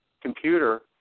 computer